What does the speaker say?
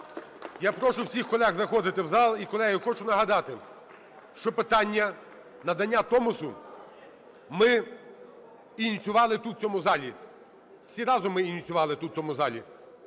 Я прошу всіх колег заходити в зал. І, колеги, хочу нагадати, що питання надання Томосу ми ініціювали тут, у цьому залі. Всі разом ми ініціювали тут, у цьому залі.